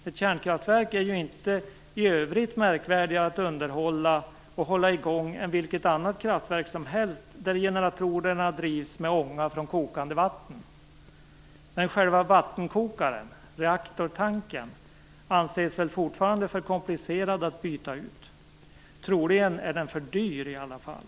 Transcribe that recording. Ett kärnkraftverk är ju inte i övrigt märkvärdigare att underhålla och hålla i gång än vilket annat kraftverk som helst där generatorerna drivs med kokande vatten. Men själva vattenkokaren, reaktortanken, anses väl fortfarande för komplicerad att byta ut. Troligen är det för dyrt i alla fall.